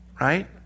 right